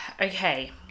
Okay